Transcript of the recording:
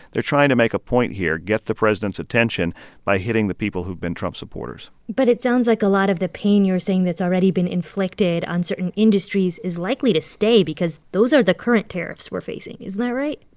they're trying to make a point here, get the president's attention by hitting the people who've been trump supporters but it sounds like a lot of the pain you're seeing that's already been inflicted on certain industries is likely to stay because those are the current tariffs we're facing. is that right?